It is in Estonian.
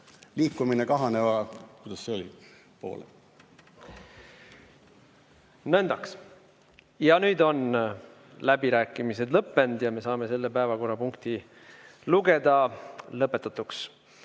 Liikumine kahaneva, kuidas see oli, poole. Nõndaks. Nüüd on läbirääkimised lõppenud ja me saame selle päevakorrapunkti lugeda lõpetatuks.